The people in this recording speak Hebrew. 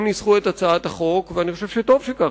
הם ניסחו את הצעת החוק, ואני חושב שטוב שכך.